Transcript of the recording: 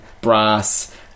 brass